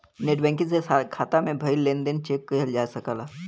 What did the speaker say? net banking से खाता में भयल लेन देन चेक किहल जा सकला